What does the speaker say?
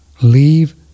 leave